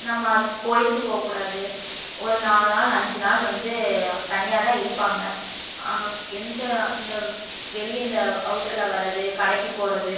நம்ம அதை கோவிலுக்கு போக்கூடாது ஒரு நாலு நாள் அஞ்சு நாள் வந்து தனியாக தான் இருப்பாங்க எந்த இந்த வெளிய இந்த அவுட்டரில் வரது கடைக்கு போகிறது